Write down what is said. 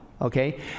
okay